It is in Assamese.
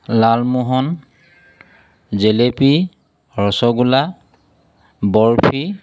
লালমহন জিলাপী ৰসগোল্লা বৰফি